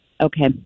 Okay